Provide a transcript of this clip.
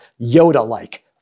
Yoda-like